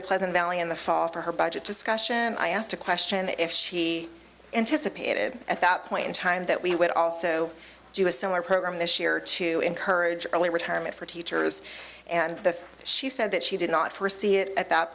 to pleasant valley in the fall for her budget discussion i asked a question if she anticipated at that point in time that we would also do a similar program this year to encourage early retirement for teachers and that she said that she did not forsee it at that